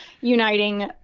uniting